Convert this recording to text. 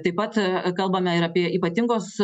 taip pat kalbame ir apie ypatingos